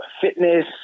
fitness